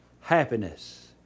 happiness